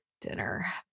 Dinner